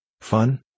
Fun